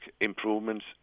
improvements